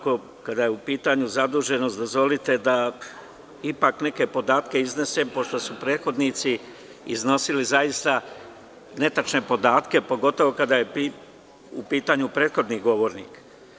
Kada je u pitanju zaduženost, dozvolite da ipak neke podatke iznesem pošto su prethodnici iznosili zaista netačne podatke, pogotovo kada je u pitanju prethodni govornik.